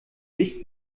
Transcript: dicht